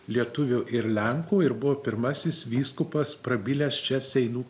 lietuvių ir lenkų ir buvo pirmasis vyskupas prabilęs čia seinų katedroje